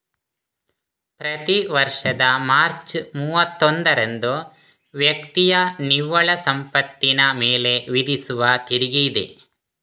ಪ್ರತಿ ವರ್ಷದ ಮಾರ್ಚ್ ಮೂವತ್ತೊಂದರಂದು ವ್ಯಕ್ತಿಯ ನಿವ್ವಳ ಸಂಪತ್ತಿನ ಮೇಲೆ ವಿಧಿಸುವ ತೆರಿಗೆಯಿದೆ